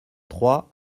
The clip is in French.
trois